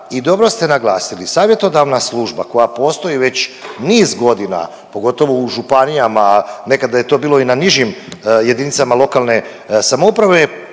I dobro ste naglasili savjetodavna služba koja postoji već niz godina pogotovo u županijama, nekada je to bilo i na nižim jedinicama lokalne samouprave